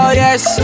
yes